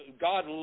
God